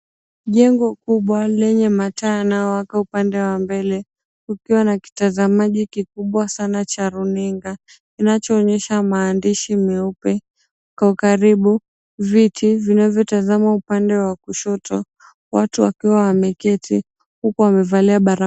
Jengo kubwa lenye mataa yanayowaka upande wa mbele. Kukiwa na kitazamaji kikubwa sana cha runinga, kinachoonyesha maandishi meupe. Kwa ukaribu, viti vinavyotazama upande wa kushoto, watu wakiwa wameketi, huku wamevalia barakoa.